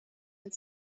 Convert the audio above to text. and